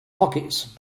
pockets